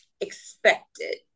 expected